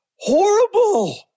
horrible